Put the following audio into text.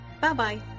Bye-bye